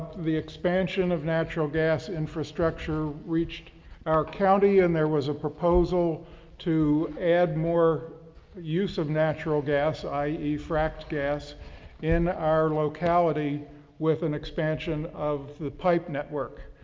the expansion of natural gas infrastructure reached our county and there was a proposal to add more use of natural gas. i, he fracked gas in our locality with an expansion of the pipe network.